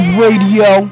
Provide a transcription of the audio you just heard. radio